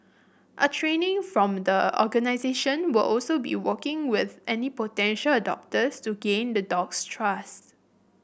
a training from the organisation will also be working with any potential adopters to gain the dog's trust